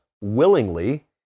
willingly